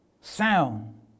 sound